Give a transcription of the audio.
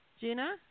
Gina